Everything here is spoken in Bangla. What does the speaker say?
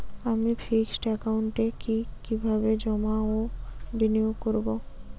আমি ফিক্সড একাউন্টে কি কিভাবে জমা ও বিনিয়োগ করব?